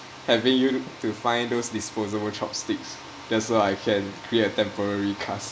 having you to to find those disposable chopsticks that's why I create a temporary cast